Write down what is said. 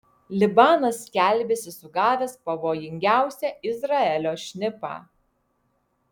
libanas skelbiasi sugavęs pavojingiausią izraelio šnipą